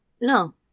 No